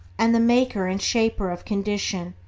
and the maker and shaper of condition,